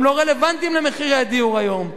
והם לא רלוונטיים למחירי הדיור היום.